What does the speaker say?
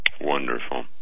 Wonderful